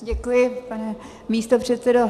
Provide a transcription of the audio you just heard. Děkuji, pane místopředsedo.